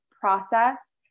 process